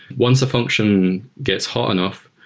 once a function gets hot enough,